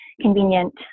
convenient